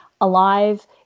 alive